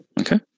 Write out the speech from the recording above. Okay